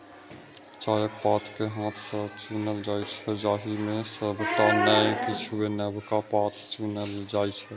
चायक पात कें हाथ सं चुनल जाइ छै, जाहि मे सबटा नै किछुए नवका पात चुनल जाइ छै